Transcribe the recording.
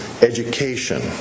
education